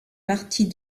parties